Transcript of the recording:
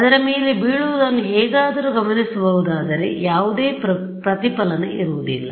ಅದರ ಮೇಲೆ ಬೀಳುವದನ್ನು ಹೇಗಾದರೂ ಗಮನಿಸಬಹುದಾದರೆ ಯಾವುದೇ ಪ್ರತಿಫಲನ ಇರುವುದಿಲ್ಲ